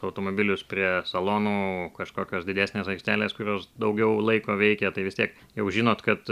automobilius prie salonų kažkokios didesnės aikštelės kurios daugiau laiko veikia tai vis tiek jau žinot kad